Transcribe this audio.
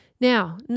Now